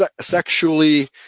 sexually